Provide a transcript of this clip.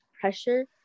pressure